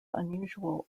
unusual